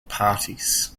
parties